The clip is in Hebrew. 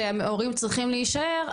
שההורים צריכים להישאר,